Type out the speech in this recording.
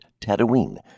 Tatooine